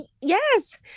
Yes